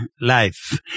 life